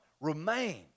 Remain